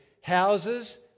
Houses